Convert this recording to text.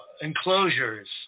enclosures